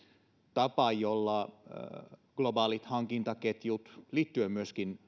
tapa jolla globaalit hankintaketjut liittyen myöskin